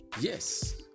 yes